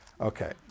okay